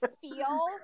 feel